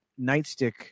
Nightstick